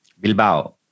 Bilbao